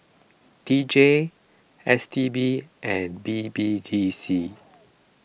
D J S T B and B B D C